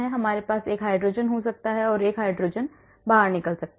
हमारे पास एक हाइड्रोजन हो सकता है और एक हाइड्रोजन बाहर निकल सकता है